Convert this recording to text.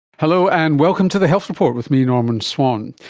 hello, and welcome to the health report with me, norman swan.